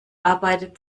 arbeitet